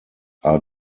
are